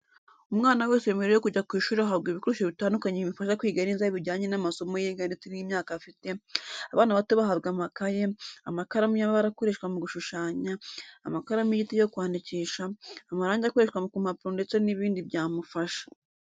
Umwana wese mbere yo kujya ku ishuri ahabwa ibikoresho bitandukanye bimufasha kwiga neza bijyanye n'amasomo yiga ndetse n'imyaka afite, abana bato bahabwa amakaye, amakaramu y'amabara akoreshwa mu gushushanya, amakaramu y'igiti yo kwandikisha, amarangi akoreshwa ku mpapuro ndetse n'ibindi byamufasha.